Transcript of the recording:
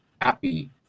happy